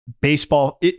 baseball